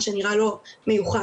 מה שנראה לו מיוחד,